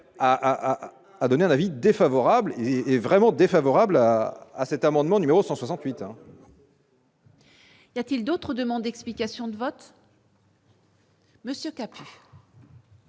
à donner un avis défavorable et et vraiment défavorable à cet amendement numéro 168. Y a-t-il d'autre demande explication de vote. Oui, dans